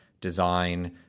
design